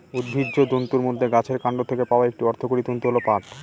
উদ্ভিজ্জ তন্তুর মধ্যে গাছের কান্ড থেকে পাওয়া একটি অর্থকরী তন্তু হল পাট